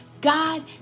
God